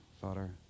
Father